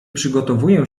przygotowuję